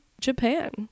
Japan